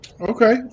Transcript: okay